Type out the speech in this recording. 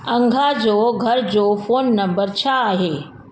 अंघा जो घर जो फ़ोन नंबर छा आहे